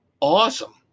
awesome